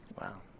Wow